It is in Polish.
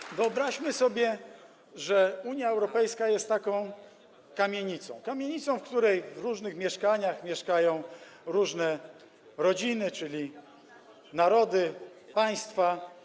I wyobraźmy sobie, że Unia Europejska jest taką kamienicą, kamienicą, w której w różnych mieszkaniach mieszkają różne rodziny, czyli narody, państwa.